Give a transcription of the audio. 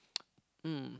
mm